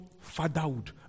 fatherhood